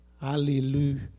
Hallelujah